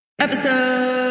episode